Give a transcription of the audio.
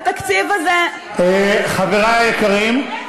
התקציב הזה, חברים,